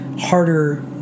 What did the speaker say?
harder